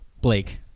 Blake